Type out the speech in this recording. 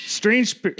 Strange